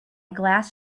glass